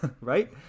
right